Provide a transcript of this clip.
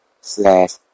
slash